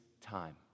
time